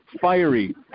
fiery